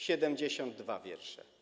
72 wiersze.